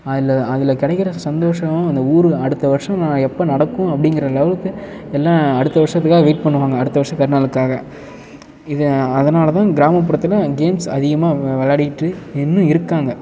அதில் அதில் கிடைக்கிற சந்தோஷம் இந்த ஊர் அடுத்த வருஷம் நான் எப்போ நடக்கும் அப்படிங்கிற லெவலுக்கு எல்லாம் அடுத்த வருஷத்துக்காக வெயிட் பண்ணுவாங்க அடுத்த வருஷம் கருநாளுக்காக இதை அதனால தான் கிராமப்புறத்தில் கேம்ஸ் அதிகமாக விளையாட்டிக்கிட்டு இன்னும் இருக்காங்க